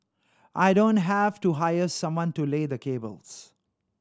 I don't have to hire someone to lay the cables